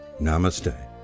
Namaste